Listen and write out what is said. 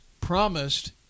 promised